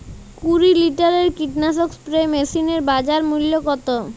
কুরি লিটারের কীটনাশক স্প্রে মেশিনের বাজার মূল্য কতো?